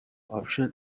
option